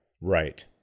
right